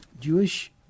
Jewish